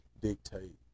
dictate